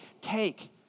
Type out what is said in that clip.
take